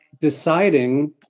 deciding